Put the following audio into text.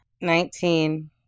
Nineteen